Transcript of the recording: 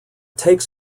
takes